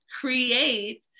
create